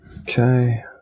Okay